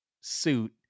suit